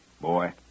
Boy